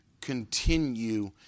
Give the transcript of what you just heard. Continue